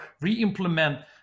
re-implement